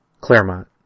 Claremont